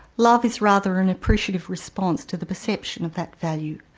love is rather an appreciative response to the perception of that value,